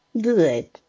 Good